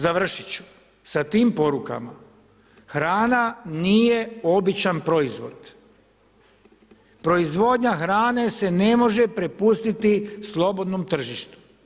Završiti ću sa tim porukama, hrana nije običan proizvod, proizvodnja hrane se ne može prepustiti slobodnom tržištu.